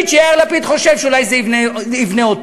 שיאיר לפיד חושב שאולי זה יבנה אותו.